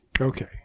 Okay